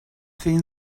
thin